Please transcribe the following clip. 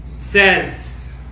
says